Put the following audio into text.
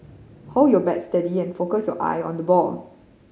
hold your bat steady and focus your eye on the ball